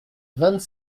vingt